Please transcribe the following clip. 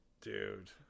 Dude